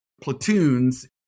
platoons